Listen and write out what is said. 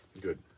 Good